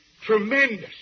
Tremendous